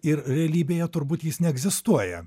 ir realybėje turbūt jis neegzistuoja